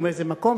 או מאיזה מקום,